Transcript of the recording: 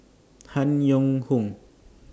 Han Yong Hong